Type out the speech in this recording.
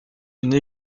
une